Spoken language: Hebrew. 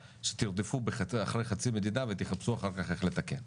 שתרדפו אחרי חצי מדינה ותחפשו אחר כך איך לתקן.